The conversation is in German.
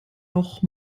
noch